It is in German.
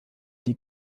die